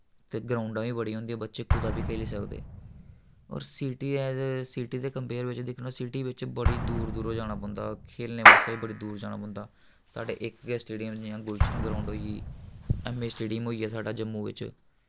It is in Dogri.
ते ग्राउंडां बी बड़ियां होंदियां बच्चे कुतै बी खेली सकदे और सिटी ऐज अ सिटी दे कंपेयर बिच्च दिक्खना होऐ सिटी बिच्च बड़ी दूर दूरो जाना पौंदा खेलने बास्तै बी बड़ी दूर जाना पौंदा साढ़ै इक गै स्टेडियम जि'यां गुलशन ग्राउंड होई गेई ऐम ए स्टेडियम होई गेआ साढ़ा जम्मू बिच्च